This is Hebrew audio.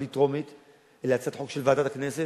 בלי טרומית,